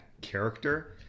character